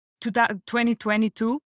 2022